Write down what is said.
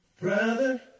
Brother